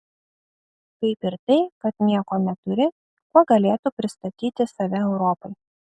kaip ir tai kad nieko neturi kuo galėtų pristatyti save europai